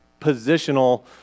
positional